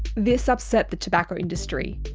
this upset the tobacco industry.